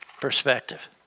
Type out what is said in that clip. perspective